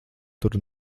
tur